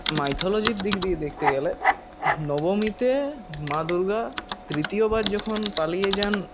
মাইথোলজির দিক দিয়ে দেখতে গেলে নবমীতে মা দুর্গা তৃতীয়বার যখন পালিয়ে যান